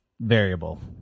variable